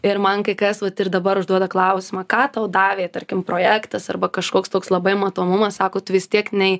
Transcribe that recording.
ir man kai kas vat ir dabar užduoda klausimą ką tau davė tarkim projektas arba kažkoks toks labai matomumas sakot vis tiek nei